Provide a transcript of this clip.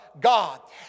God